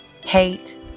hate